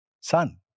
Son